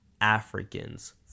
africans